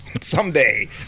Someday